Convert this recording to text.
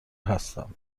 هستم